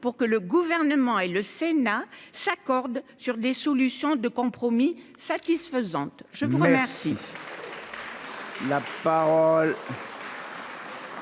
pour que le gouvernement et le sénat s'accordent sur des solutions de compromis satisfaisante, je vous remercie. La parole